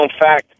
fact